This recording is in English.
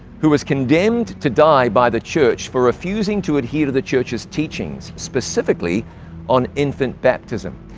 who was condemned to die by the church for refusing to adhere to the church's teachings, specifically on infant baptism.